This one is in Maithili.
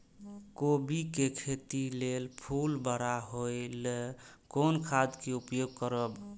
कोबी के खेती लेल फुल बड़ा होय ल कोन खाद के उपयोग करब?